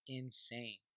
insane